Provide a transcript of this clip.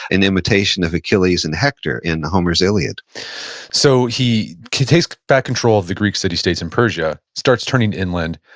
an invitation of achilles and hector in homer's iliad so, he takes back control of the greek city states in persia, starts turning inland.